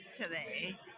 today